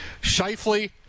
Shifley